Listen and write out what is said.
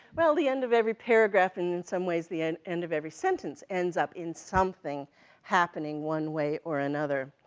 well, the end of every paragraph, and in some ways, the end end of every sentence, ends up in something happening one way or another.